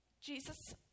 Jesus